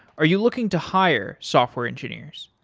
are you looking to hire software engineers?